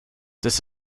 this